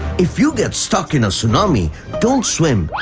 if you get stuck in a tsunami don't swim.